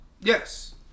Yes